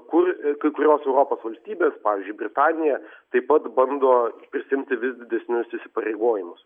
kur kai kurios europos valstybės pavyzdžiui britanija taip pat bando prisiimti vis didesnius įsipareigojimus